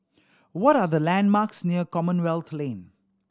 what are the landmarks near Commonwealth Lane